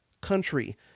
country